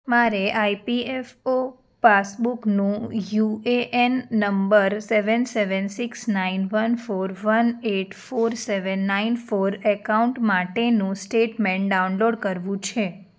મારે આઈપીએફઓ પાસબુકનું UAN number seven seven six nine one four one eight four seven nine four account માટેનું statement download કરવું છે